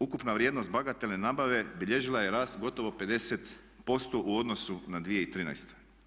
Ukupna vrijednost bagatelne nabave bilježila je rast gotovo 50% u odnosu na 2013.